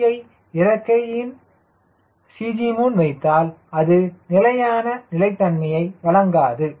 யை இறக்கையின் CG முன் வைத்தால் அது நிலையான நிலைத்தன்மையை வழங்காது